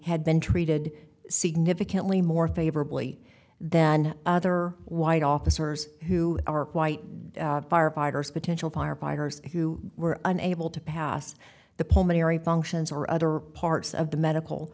had been treated significantly more favorably than other white officers who are quite potential firefighters who were unable to pass the pulmonary functions or other parts of the medical